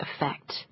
effect